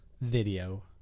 video